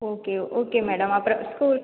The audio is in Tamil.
ஓகே ஓகே மேடம் அப்புறம் ஸ்கூல்